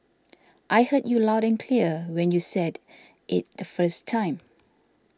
I heard you loud and clear when you said it the first time